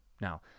Now